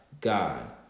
God